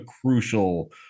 crucial